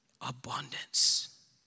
Abundance